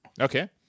Okay